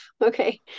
okay